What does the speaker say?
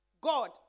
God